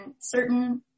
certain